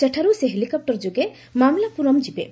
ସେଠାରୁ ସେ ହେଲିକପ୍ଟର ଯୋଗେ ମାମ୍ଲାପୁରମ୍ ଯିବେ